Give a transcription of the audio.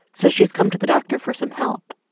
so she's come to the doctor for some help.